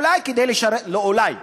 אולי כדי לשרת, לא אולי,